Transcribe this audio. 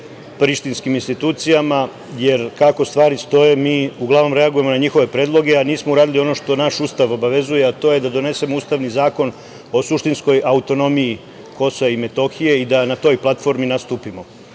prištinskim institucijama, jer kako stvari stoje, mi uglavnom reagujemo na njihove predloge, a nismo uradili ono što naš Ustav obavezuje, a to je da donesemo ustavni zakon o suštinskoj autonomiji Kosova i Metohije i da na toj platformi nastupimo.U